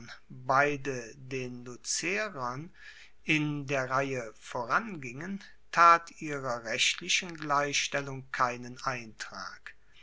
beide den lucerern in der reihe vorangingen tat ihrer rechtlichen gleichstellung keinen eintrag